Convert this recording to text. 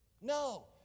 No